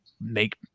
make